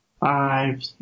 five